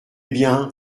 bien